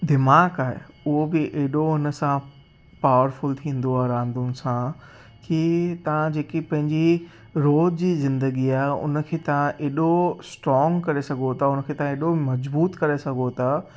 दिमाग़ु आहे उहो बि हेॾो हुन सां पावरफुल थींदो आहे रांदुनि सां कि तव्हां जेकी पंहिंजी रोज़ु जी ज़िंदगी आहे हुनखे तव्हां हेॾो स्ट्रॉन्ग करे सघो था हुनखे तव्हां हेॾो मज़बूत करे सघो था